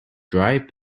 drive